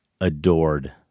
adored